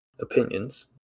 opinions